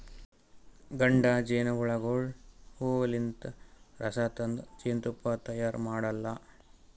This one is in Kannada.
ಗಂಡ ಜೇನಹುಳಗೋಳು ಹೂವಲಿಂತ್ ರಸ ತಂದ್ ಜೇನ್ತುಪ್ಪಾ ತೈಯಾರ್ ಮಾಡಲ್ಲಾ